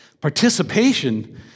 Participation